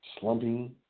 slumping